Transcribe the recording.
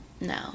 No